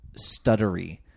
stuttery